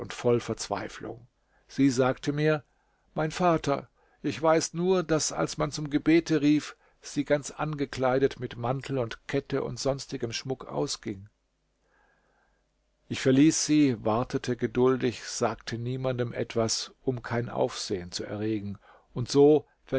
voll verzweiflung sie sagte mir mein vater ich weiß nur daß als man zum gebete rief sie ganz angekleidet mit mantel und kette und sonstigem schmuck ausging ich verließ sie wartete geduldig sagte niemandem etwas um kein aufsehen zu erregen und so